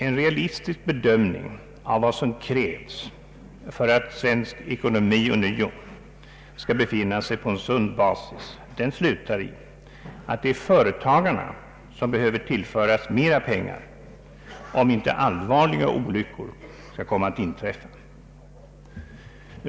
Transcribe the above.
En realistisk bedömning av vad som krävs för att svensk ekonomi ånyo skall befinna sig på en sund basis visar att det är företagarna som behöver tillföras mera pengar om inte allvarliga olyckor skall komma att inträffa.